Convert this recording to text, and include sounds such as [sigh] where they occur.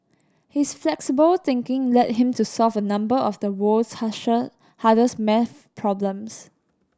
his flexible thinking led him to solve a number of the world's [unintelligible] hardest maths problems